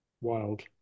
wild